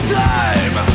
time